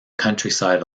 countryside